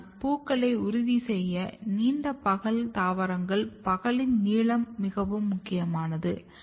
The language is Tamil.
ஆனால் பூக்களை உறுதி செய்ய நீண்ட பகல் தாவரங்களில் பகலின் நீளம் மிகவும் முக்கியமானது